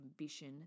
ambition